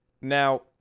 Now